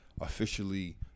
officially